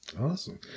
Awesome